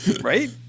right